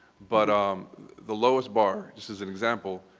but um the lowest bar, this is an example,